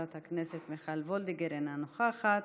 חברת הכנסת מיכל וולדיגר אינה נוכחת,